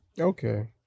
Okay